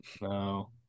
No